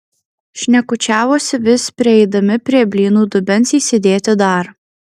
šnekučiavosi vis prieidami prie blynų dubens įsidėti dar